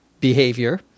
behavior